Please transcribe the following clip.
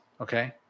okay